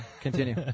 Continue